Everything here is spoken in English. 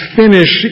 finish